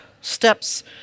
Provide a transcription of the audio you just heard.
steps